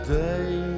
day